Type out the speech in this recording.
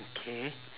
okay